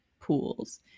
pools